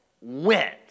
went